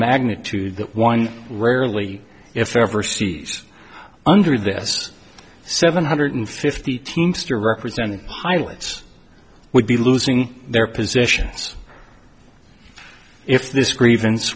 magnitude that one rarely if ever sees under this seven hundred fifty teamster represented pilots would be losing their positions if this grievance